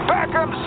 Beckham